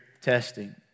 testing